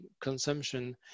consumption